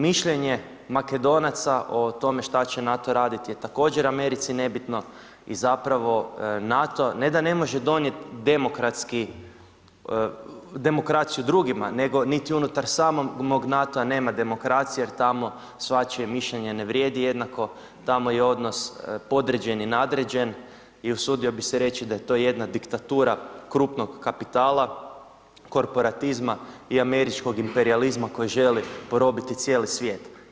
Mišljenje Makedonaca o tome šta će NATO raditi je također Americi nebitno i zapravo NATO ne da ne može donijeti demokraciju drugima nego niti unutar samog NATO-a nema demokracije jer tamo svačije mišljenje ne vrijedi, jednako tamo je odnos podređeni/nadređen i usudio bih se reći da je to jedna diktatura krupnog kapitala korporatizma i američkog imperijalizma koji želi porobiti cijeli svijet.